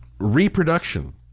reproduction